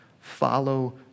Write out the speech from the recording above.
follow